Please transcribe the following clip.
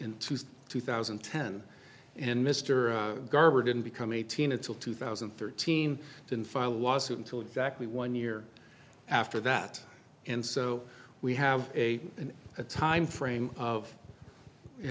into two thousand and ten and mr garber didn't become eighteen until two thousand and thirteen didn't file a lawsuit until exactly one year after that and so we have a timeframe of you